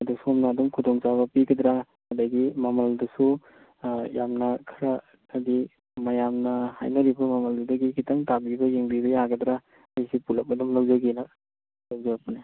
ꯑꯗꯣ ꯁꯣꯝꯅ ꯑꯗꯨꯝ ꯈꯨꯗꯣꯡ ꯆꯥꯕ ꯄꯤꯒꯗ꯭ꯔꯥ ꯑꯗꯨꯗꯒꯤ ꯃꯃꯜꯗꯨꯁꯨ ꯌꯝꯅ ꯈꯔ ꯍꯥꯏꯕꯗꯤ ꯃꯌꯥꯝꯅ ꯍꯥꯏꯅꯔꯤꯕ ꯃꯃꯜꯗꯨꯗꯒꯤ ꯈꯤꯇꯪ ꯇꯥꯕꯤꯕ ꯌꯦꯡꯕꯤꯕ ꯌꯥꯒꯗ꯭ꯔꯥ ꯑꯩꯁꯦ ꯄꯨꯂꯞ ꯑꯗꯨꯝ ꯂꯧꯖꯒꯦꯅ ꯇꯧꯖꯔꯛꯄꯅꯦ